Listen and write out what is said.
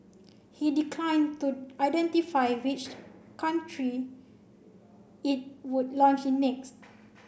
he declined to identify which country it would launch in next